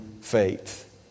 faith